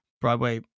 Broadway